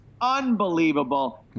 unbelievable